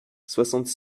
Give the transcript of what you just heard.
soixante